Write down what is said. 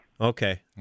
Okay